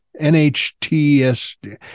nhts